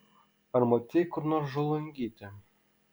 ar matei kur nors žolungytę